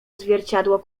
zwierciadło